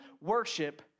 worship